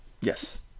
yes